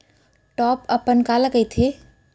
Top अपन काला कहिथे?